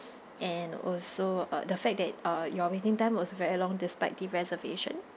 and also uh the fact that uh your waiting time was very long despite the reservation